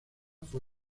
fue